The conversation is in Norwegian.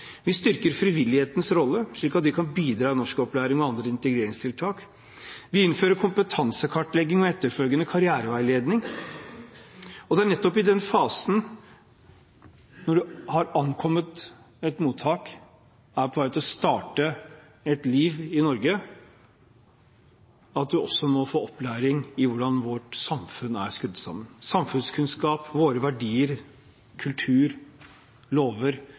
Vi styrker frivillighetens rolle, slik at de kan bidra i norskopplæring og andre integreringstiltak. Vi innfører kompetansekartlegging og etterfølgende karriereveiledning. Og det er nettopp i den fasen – når man har ankommet et mottak og er på vei til å starte et liv i Norge – at man også må få opplæring i hvordan vårt samfunn er skrudd sammen. Samfunnskunnskap – våre verdier, vår kultur og våre lover